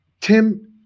Tim